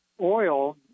oil